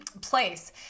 place